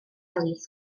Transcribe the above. elis